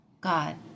God